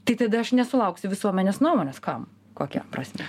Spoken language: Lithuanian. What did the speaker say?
tai tada aš nesulauksiu visuomenės nuomonės kam kokia prasmė